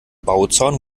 bauzaun